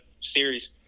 series